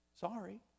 Sorry